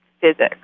physics